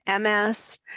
MS